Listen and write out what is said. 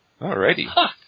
Alrighty